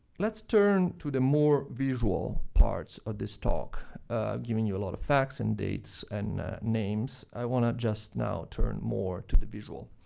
let's turn to the more visual parts of this talk. i've given you a lot of facts and dates and names. i want to just now turn more to the visual.